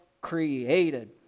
created